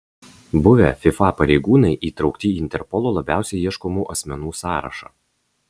buvę fifa pareigūnai įtraukti į interpolo labiausiai ieškomų asmenų sąrašą